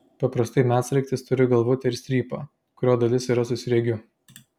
paprastai medsraigtis turi galvutę ir strypą kurio dalis yra su sriegiu